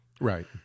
Right